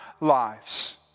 lives